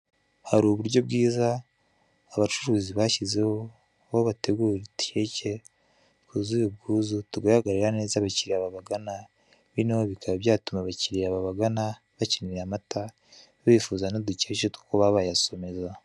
Hari uburyo bwiza abacuruzi bashyizeho aho bategura udukeke twuzuye ubwuzu, tugaragarira neza abakiriya babagana. Bino bikaba byatuma abakiriya babagana bakeneye amata, bifuza n'udu keke two kuba bayasomeza.